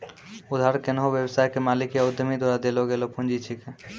उधार कोन्हो व्यवसाय के मालिक या उद्यमी द्वारा देल गेलो पुंजी छिकै